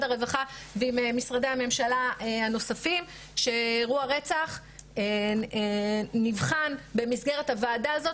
הרווחה ועם משרדי הממשלה הנוספים שאירוע רצח נבחן במסגרת הוועדה הזאת